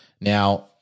Now